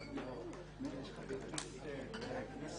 להמשיך מהדובר